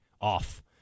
off